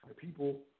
People